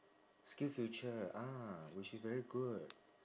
skills future ah which is very good